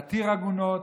להתיר עגונות,